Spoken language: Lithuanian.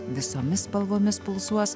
visomis spalvomis pulsuos